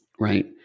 Right